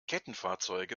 kettenfahrzeuge